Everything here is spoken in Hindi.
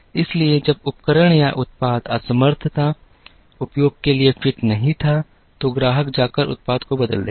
इसलिए जब उपकरण या उत्पाद असमर्थ था उपयोग के लिए फिट नहीं था तो ग्राहक जाकर उत्पाद को बदल देगा